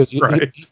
Right